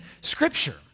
Scripture